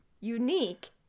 unique